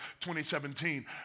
2017